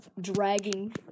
dragging